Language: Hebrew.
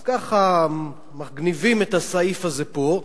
אז ככה מגניבים את הסעיף הזה פה,